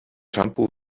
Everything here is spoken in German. shampoo